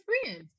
friends